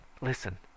listen